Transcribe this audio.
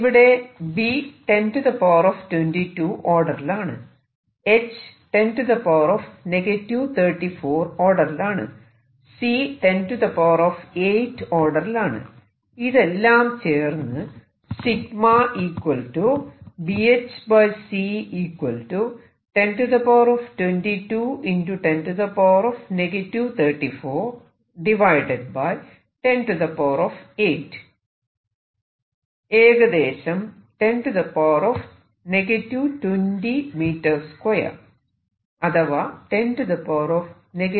ഇവിടെ B 1022 ഓർഡറിലാണ് h 10 34 ഓർഡറിലാണ് c 108 ഓർഡറിലാണ് ഇതെല്ലം ചേർന്ന് അഥവാ 10 14cm 2